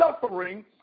suffering